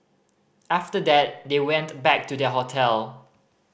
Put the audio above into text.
after that they went back to their hotel